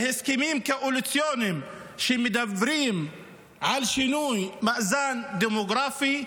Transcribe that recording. בהסכמים קואליציוניים שמדברים על שינוי מאזן דמוגרפי,